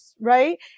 right